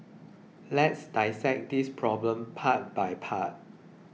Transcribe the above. let's dissect this problem part by part